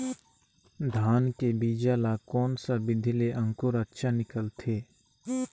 धान के बीजा ला कोन सा विधि ले अंकुर अच्छा निकलथे?